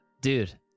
dude